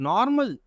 Normal